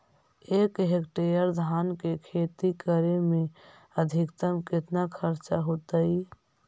एक हेक्टेयर धान के खेती करे में अधिकतम केतना खर्चा होतइ?